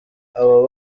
abo